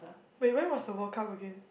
wait when was the World Cup again